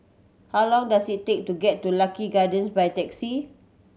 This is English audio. how long does it take to get to Lucky Gardens by taxi